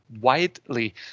widely